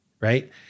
right